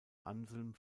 anselm